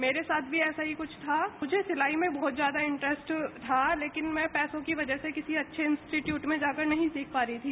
मेरे साथ भी कुछ ऐसा ही था मुझे सिलाई में बहुत ज्यादा इंट्रेस्ट था लेकिन मैं पैसों की वजह से किसी अच्छे इंस्टीट्यूट में जाकर नहीं सीख पा रही थी